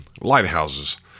lighthouses